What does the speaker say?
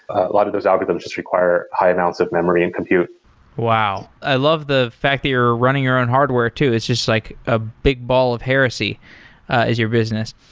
a lot of those algorithms just require high amounts of memory and compute wow! i love the fact that you're running your own hardware too. it's just like a big ball of heresy is your business.